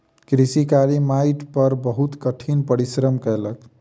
कृषक कारी माइट पर बहुत कठिन परिश्रम कयलक